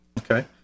Okay